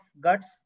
guts